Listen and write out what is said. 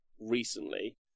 recently